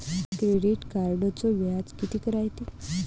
Credit कार्डचं व्याज कितीक रायते?